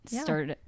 start